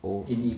oh